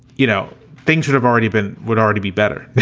you know, things that have already been would already be better